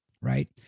right